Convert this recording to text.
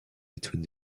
between